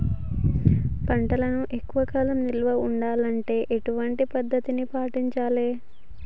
పంటలను ఎక్కువ కాలం నిల్వ ఉండాలంటే ఎటువంటి పద్ధతిని పాటించాలే?